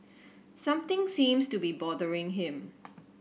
something seems to be bothering him